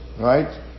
right